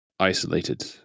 Isolated